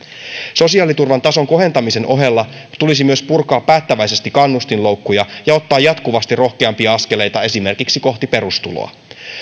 sosiaaliturvan tason kohentamisen ohella tulisi myös purkaa päättäväisesti kannustinloukkuja ja ottaa jatkuvasti rohkeampia askeleita esimerkiksi kohti perustuloa